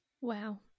Wow